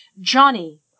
Johnny